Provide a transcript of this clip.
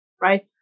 right